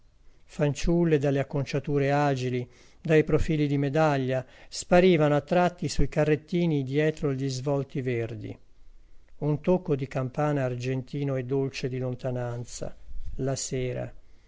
fanciulle dalle acconciature agili dai profili di medaglia sparivano a tratti sui carrettini dietro gli svolti verdi un tocco di campana argentino e dolce di lontananza la sera